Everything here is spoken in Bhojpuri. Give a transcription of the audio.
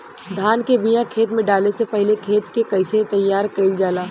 धान के बिया खेत में डाले से पहले खेत के कइसे तैयार कइल जाला?